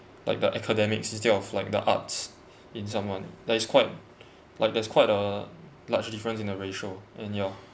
like the academic city of like the arts in someone that is quite like there's quite a large difference in a ratio and your